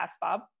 Bob